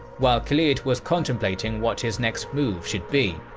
while khalid was contemplating what his next move should be.